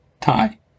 Tie